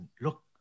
look